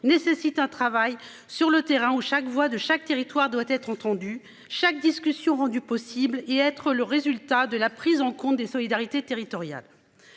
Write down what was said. nécessite un travail sur le terrain où chaque voix de chaque territoire doit être entendu, chaque discussion rendu possible et être le résultat de la prise en compte des solidarités territoriales.